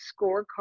scorecard